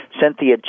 Cynthia